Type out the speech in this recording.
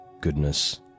goodness